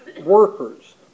workers